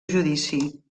judici